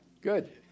Good